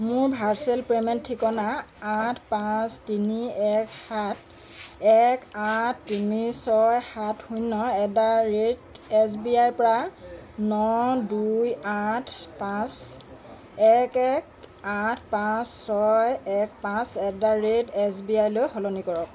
মোৰ virtual payment ঠিকনা আঠ পাঁচ তিনি এক সাত এক আঠ তিনি ছয় সাত শূন্য at the rate S B আইৰ পৰা ন দুই আঠ পাঁচ এক এক আঠ পাঁচ ছয় এক পাঁচ at the rate S B আইলৈ সলনি কৰক